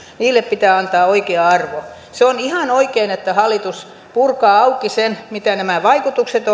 niille pitää antaa oikea arvo se on ihan oikein että hallitus purkaa auki sen mitä nämä vaikutukset